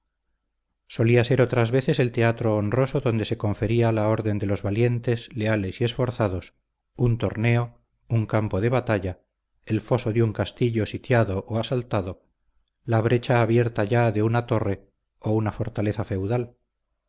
solía ser otras veces el teatro honroso donde se confería la orden de los valientes leales y esforzados un torneo un campo de batalla el foso de un castillo sitiado o asaltado la brecha abierta ya de una torre o una fortaleza feudal